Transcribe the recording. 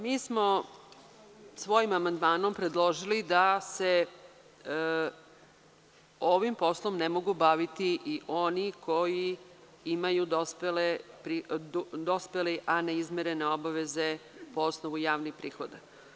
Mi smo svojim amandmanom predložili da se ovim poslom ne mogu baviti i oni koji imaju dospele a neizmirene obaveze po osnovu javnih prihoda.